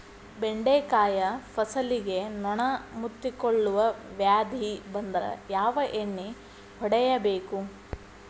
ಬೆಂಡೆಕಾಯ ಫಸಲಿಗೆ ನೊಣ ಮುತ್ತಿಕೊಳ್ಳುವ ವ್ಯಾಧಿ ಬಂದ್ರ ಯಾವ ಎಣ್ಣಿ ಹೊಡಿಯಬೇಕು?